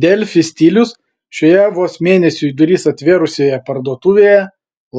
delfi stilius šioje vos mėnesiui duris atvėrusioje parduotuvėje